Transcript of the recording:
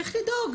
צריך לדאוג,